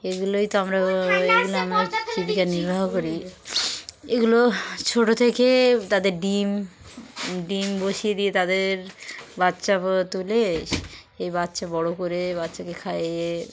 এগুলোই তো আমরা এগুলো আমরা জীবিকা নির্বাহ করি এগুলো ছোট থেকে তাদের ডিম ডিম বসিয়ে দিয়ে তাদের বাচ্চা তুলে এই বাচ্চা বড় করে বাচ্চাকে খাইয়ে